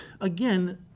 again